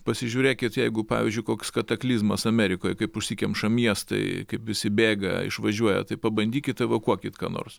pasižiūrėkit jeigu pavyzdžiui koks kataklizmas amerikoje kaip užsikemša miestai kaip visi bėga išvažiuoja tai pabandykit evakuokit ką nors